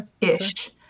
Ish